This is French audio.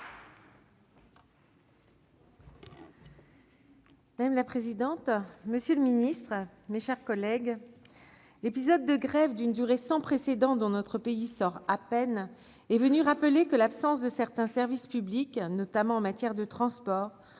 Madame la présidente, monsieur le secrétaire d'État, mes chers collègues, l'épisode de grève d'une durée sans précédent dont notre pays sort à peine est venu rappeler que l'absence de certains services publics, notamment en matière de transports,